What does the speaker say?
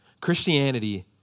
Christianity